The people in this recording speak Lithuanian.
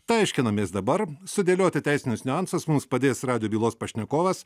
tai aiškinamės dabar sudėlioti teisinius niuansus mums padės radijo bylos pašnekovas